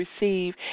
receive